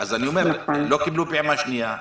אז אני אומר לא קיבלו פעימה שנייה,